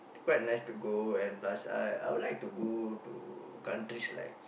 quite nice to go and plus I I would like to go to countries like